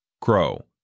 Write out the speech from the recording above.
Crow